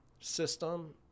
system